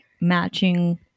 matching